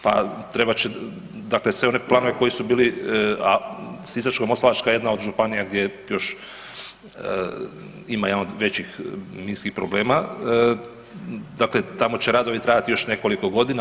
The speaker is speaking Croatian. Pa trebat će dakle sve one planove koji su bili, a Sisačko-moslavačka je jedna od županija gdje još ima jedan od većih nizinskih problema, dakle tamo će radovi trajati još nekoliko godina.